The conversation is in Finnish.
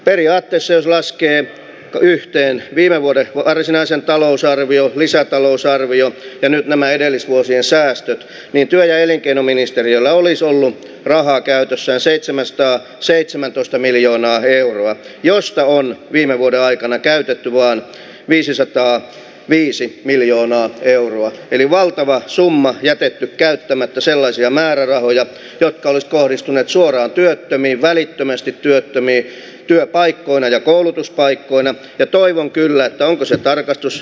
periaatteessa laskee yhteen viime vuoden varsinaisen talousarvion lisätalousarvio ja nämä edellisvuosien säästöt niin työ ja elinkeinoministeriöllä olis ollu rahaa käytössään seitsemänsataa seitsemäntoista miljoonaa euroa josta on viime vuoden aikana käytetty vaan viisisataa viisi miljoonaa euroa eli valtavan summan jätetty käyttämättä sellaisia määrärahoja ja kallis kohdistuneet suoraan työttömiin ulkoasiainvaliokunnan valtiovarainvaliokunnan tarkastusvaliokunnan hallintovaliokunnan liikenne ja toivon kyllä taukosi tarkastus